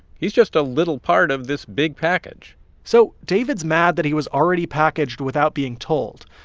he's just a little part of this big package so david's mad that he was already packaged without being told.